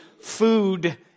food